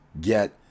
get